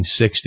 1960